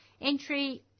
Entry